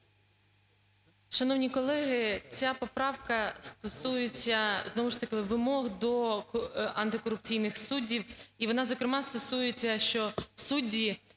Шановні колеги, ця поправка стосується, знову ж таки вимог до антикорупційних суддів. І вона зокрема стосується, що судді,